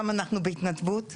גם אנחנו בהתנדבות,